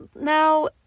now